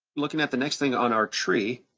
looking at the next thing on our tree,